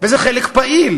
וזה חלק פעיל,